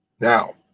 Now